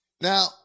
Now